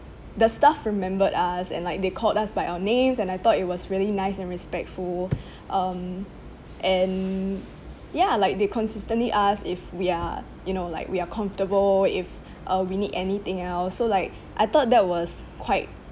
the staff remembered us and like they called us by our names and I thought it was really nice and respectful um and ya like they consistently asked if we are you know like we are comfortable if uh we need anything else so like I thought that was quite